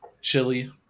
chili